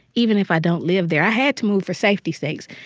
even if i don't live there. i had to move for safety sakes,